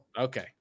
Okay